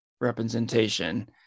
representation